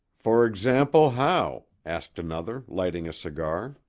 for example, how? asked another, lighting a cigar.